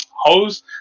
hose